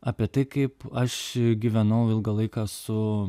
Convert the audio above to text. apie tai kaip aš gyvenau ilgą laiką su